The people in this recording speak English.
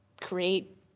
create